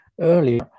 earlier